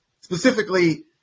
specifically